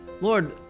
Lord